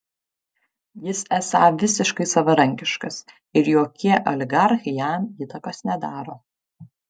jis esą visiškai savarankiškas ir jokie oligarchai jam įtakos nedaro